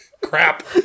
Crap